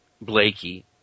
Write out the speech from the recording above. Blakey